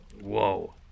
Whoa